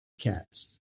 cats